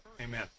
Amen